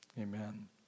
Amen